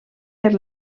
per